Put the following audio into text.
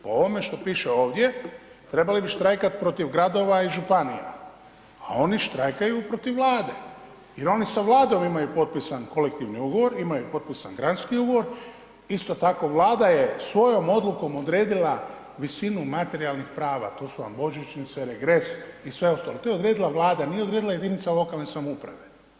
Po ovome što piše ovdje, trebali bi štrajkat protiv gradova i županija a oni štrajkaju protiv Vlade jer oni sa Vladom imaju potpisan kolektivan ugovor, imaju potpisan gradski ugovor, isto tako Vlada je svojom odlukom odredila visinu materijalnih prava, to su vam božićnice, regres i sve ostalo, to je odredila Vlada, nije odredila jedinica lokalne samouprave.